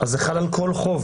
אז זה חל על כל חוב.